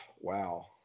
wow